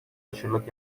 aşırılık